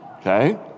okay